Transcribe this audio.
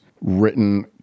written